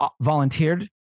volunteered